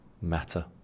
matter